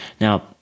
Now